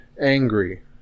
angry